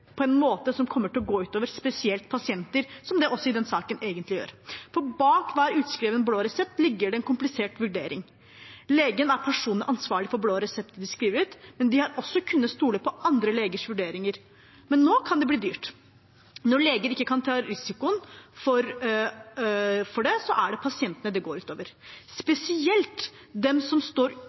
på en måte som kommer til å gå ut over spesielt pasienter, som det også i denne saken egentlig gjør. Bak hver utskrevne blå resept ligger det en komplisert vurdering. Legen er personlig ansvarlig for blå resepter de skriver ut, og de har også kunnet stole på andre legers vurderinger, men nå kan det bli dyrt. Når leger ikke kan ta risikoen for det, er det pasientene det går utover, spesielt de som står